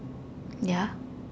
ya